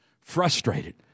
frustrated